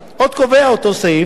עוד קובע אותו סעיף,